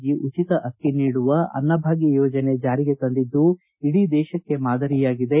G ಉಟಿತ ಅಕ್ಕಿ ನೀಡುವ ಅನ್ನಭಾಗ್ತ ಯೋಜನೆ ಜಾರಿಗೆ ತಂದಿದ್ದು ಇಡೀ ದೇಶಕ್ಕೆ ಮಾದರಿಯಾಗಿದೆ